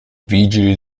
vigili